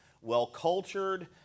well-cultured